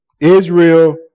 Israel